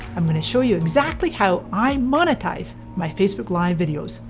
i'm gonna show you exactly how i monetize my facebook live videos.